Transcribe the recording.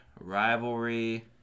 rivalry